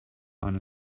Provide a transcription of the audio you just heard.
eine